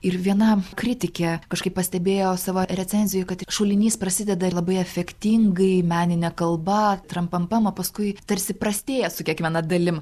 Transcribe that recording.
ir viena kritikė kažkaip pastebėjo savo recenzijoj kad tik šulinys prasideda ir labai efektingai menine kalba tram pam pam o paskui tarsi prastėja su kiekviena dalim